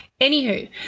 Anywho